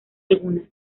alguna